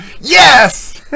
YES